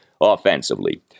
offensively